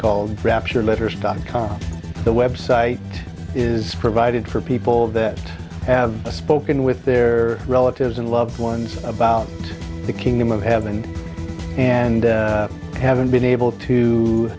called rapture letters dot com the website is provided for people that have spoken with their relatives and loved ones about the kingdom of heaven and haven't been able to